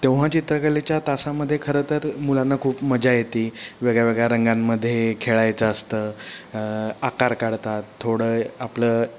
तेव्हा चित्रकलेच्या तासामध्ये खरं तर मुलांना खूप मजा येते वेगळ्या वेगळ्या रंगांमध्ये खेळायचं असतं आकार काढतात थोडं आपलं